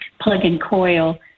plug-and-coil